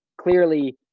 clearly